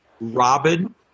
Robin